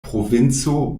provinco